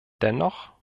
dennoch